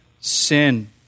sin